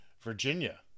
Virginia